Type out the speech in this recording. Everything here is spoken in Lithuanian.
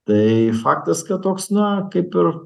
tai faktas kad toks na kaip ir